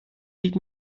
hielt